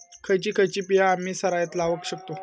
खयची खयची बिया आम्ही सरायत लावक शकतु?